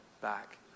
back